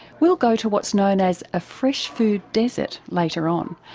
we'll go to what's known as a fresh food desert later on,